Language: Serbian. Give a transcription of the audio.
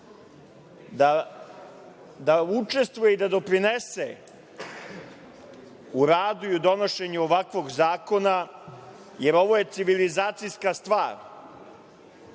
da učestvuje i da doprinese u radu i u donošenju ovakvog zakona, jer ovo je civilizacijska stvar. Puna